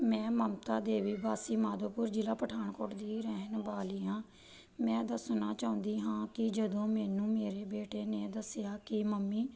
ਮੈਂ ਮਮਤਾ ਦੇਵੀ ਵਾਸੀ ਮਾਧੋਪੁਰ ਜ਼ਿਲ੍ਹਾ ਪਠਾਨਕੋਟ ਦੀ ਰਹਿਣ ਵਾਲੀ ਹਾਂ ਮੈਂ ਦੱਸਣਾ ਚਾਹੁੰਦੀ ਹਾਂ ਕਿ ਜਦੋਂ ਮੈਨੂੰ ਮੇਰੇ ਬੇਟੇ ਨੇ ਦੱਸਿਆ ਕਿ ਮੰਮੀ